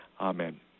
Amen